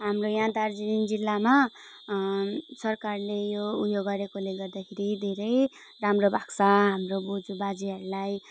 हाम्रो यहाँ दार्जिलिङ जिल्लामा सरकारले यो उयो गरेकोले गर्दाखेरि धेरै राम्रो भएको छ हाम्रो बज्यूबाजेहरूलाई